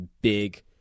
big